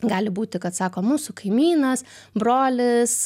gali būti kad sako mūsų kaimynas brolis